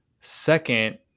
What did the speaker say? second